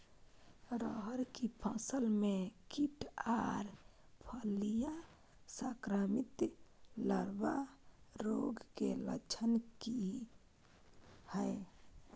रहर की फसल मे कीट आर फलियां संक्रमित लार्वा रोग के लक्षण की हय?